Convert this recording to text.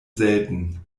selten